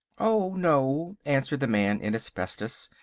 oh, no, answered the man in asbestos,